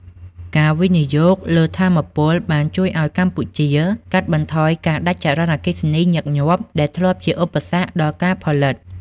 ការវិនិយោគលើថាមពលបានជួយឱ្យកម្ពុជាកាត់បន្ថយការដាច់ចរន្តអគ្គិសនីញឹកញាប់ ដែលធ្លាប់ជាឧបសគ្គដល់ការផលិត។